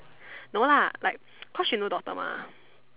no lah like cause she no daughter mah